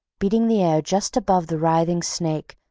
beating the air just above the writhing snake,